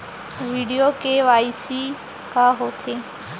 video KYC का होथे